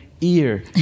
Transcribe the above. ear